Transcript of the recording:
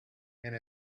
and